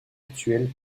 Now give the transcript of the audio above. actuelle